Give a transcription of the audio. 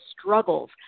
struggles